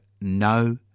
no